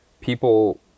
people